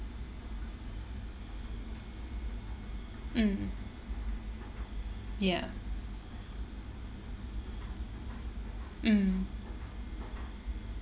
mm ya mm